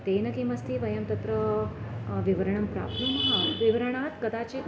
तेन किमस्ति वयं तत्र विवरणं प्राप्नुमः विवरणात् कदाचित्